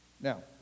Now